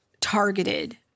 targeted